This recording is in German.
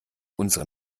unsere